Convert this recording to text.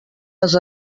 les